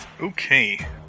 Okay